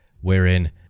wherein